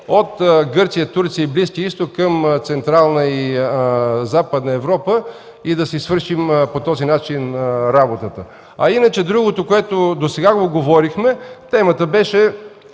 от Гърция, Турция и Близкия изток към Централна и Западна Европа и да си свършим по този начин работата. Другото, което досега говорихме – темата беше